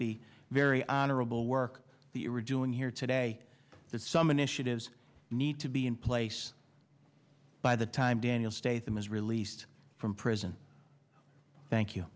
the very honorable work the original in here today that some initiatives need to be in place by the time daniel states them is released from prison thank you